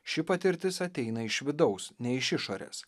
ši patirtis ateina iš vidaus ne iš išorės